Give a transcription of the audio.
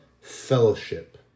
fellowship